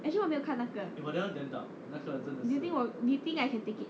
actually 我没有看那个 do you think 我 do you think I can take it